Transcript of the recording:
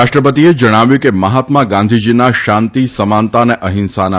રાષ્ટ્રપતિએ જણાવ્યું છે કે મહાત્મા ગાંધીજીના શાંતિ સમાનતા અને અહિંસાનો